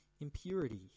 impurity